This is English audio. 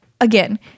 again